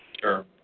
Sure